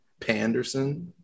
Panderson